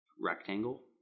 rectangle